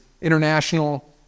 international